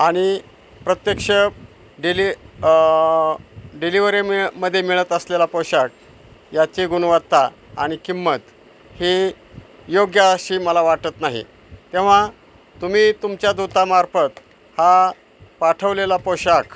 आणि प्रत्यक्ष डिलि डिलिवरी मिळ मध्ये मिळत असलेला पोशाख याची गुणवत्ता आणि किंमत ही योग्य अशी मला वाटत नाही तेव्हा तुम्ही तुमच्या दुतामार्फत हा पाठवलेला पोशाख